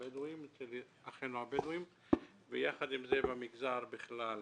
בקרב אחינו הבדואים ויחד עם זה במגזר בכלל.